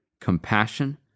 compassion